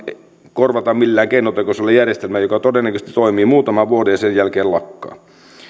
korvata millään keinotekoisella järjestelmällä joka todennäköisesti toimii muutaman vuoden ja sen jälkeen lakkaa